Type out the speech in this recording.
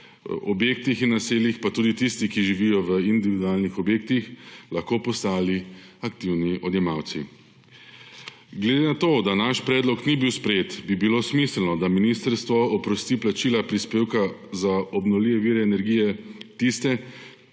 objektih in naseljih, pa tudi tisti, ki živijo v individualnih objektih, lahko postali aktivni odjemalci. Glede na to, da naš predlog ni bil sprejet, bi bilo smiselno, da ministrstvo oprosti plačila prispevka za obnovljive vire energije tiste,